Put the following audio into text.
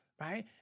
right